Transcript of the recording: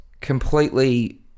completely